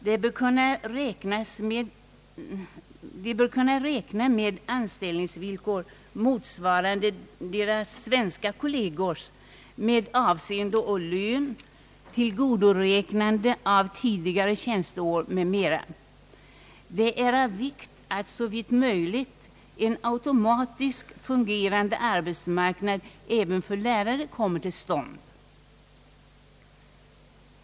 De bör kunna räkna med anställningsvillkor motsvarande deras svenska kollegers med avseende på lön, tillgodoräknande av tidigare tjänsteår m.m. Det är av vikt att såvitt möjligt en automatiskt fungerande arbetsmarknad även för lärare kommer till stånd.